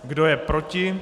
Kdo je proti?